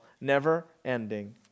never-ending